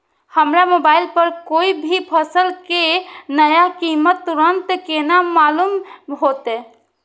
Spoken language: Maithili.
हमरा मोबाइल पर कोई भी फसल के नया कीमत तुरंत केना मालूम होते?